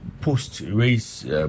post-race